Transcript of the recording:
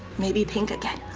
maybe pink again.